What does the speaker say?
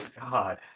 God